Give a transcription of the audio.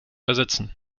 ersetzen